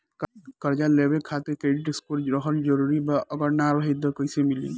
कर्जा लेवे खातिर क्रेडिट स्कोर रहल जरूरी बा अगर ना रही त कैसे मिली?